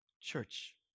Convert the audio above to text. Church